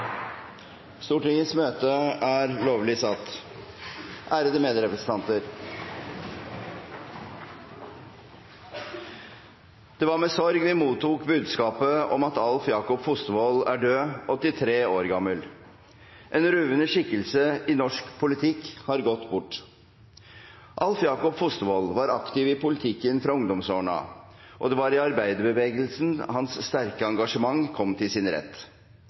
Jakob Fostervoll er død, 83 år gammel. En ruvende skikkelse i norsk politikk har gått bort. Alv Jakob Fostervoll var aktiv i politikken fra ungdomsårene av. Det var i arbeiderbevegelsen hans sterke engasjement kom til sin rett.